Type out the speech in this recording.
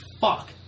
fuck